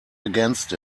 against